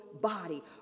body